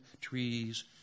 trees